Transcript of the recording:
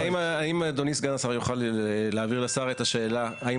האם אדוני סגן השר יוכל להעביר לשר את השאלה האם